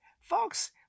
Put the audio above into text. folks